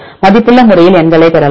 மதிப்புள்ள முறையில் எண்களை பெறலாம்